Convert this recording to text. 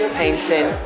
painting